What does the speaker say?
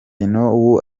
know